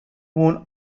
won